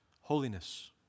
holiness